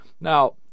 Now